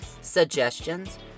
suggestions